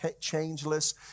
changeless